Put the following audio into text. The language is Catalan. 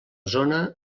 zona